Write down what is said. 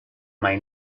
may